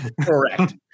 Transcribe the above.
Correct